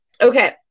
okay